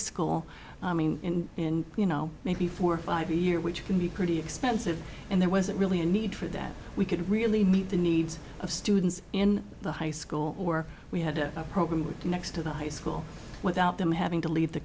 school in you know maybe four or five a year which can be pretty expensive and there wasn't really a need for that we could really meet the needs of students in the high school or we had a program next to the high school without them having to leave the